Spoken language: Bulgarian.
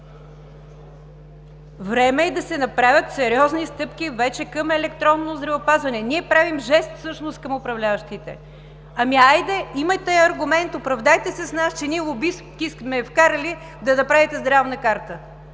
Време е вече да се направят сериозни стъпки към електронно здравеопазване. Ние всъщност правим жест към управляващите. Хайде, имайте аргумент, оправдайте се с нас, че ние лобистки сме вкарали да направите здравна карта.